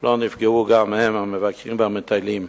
לא נפגעו גם הם, המבקרים והמטיילים.